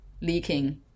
leaking